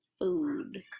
Food